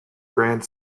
grand